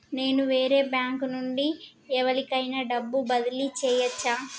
నేను వేరే బ్యాంకు నుండి ఎవలికైనా డబ్బు బదిలీ చేయచ్చా?